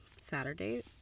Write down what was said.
Saturday